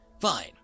Fine